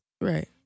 Right